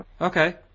Okay